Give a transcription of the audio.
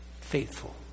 faithful